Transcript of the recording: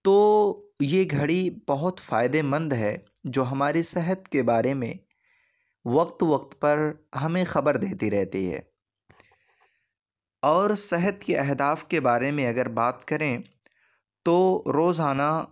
تو یہ گھڑی بہت فائدے مند ہے جو ہماری صحت کے بارے میں وقت وقت پر ہمیں خبر دیتی رہتی ہے اور صحت کے اہداف کے بارے میں اگر بات کریں تو روزانہ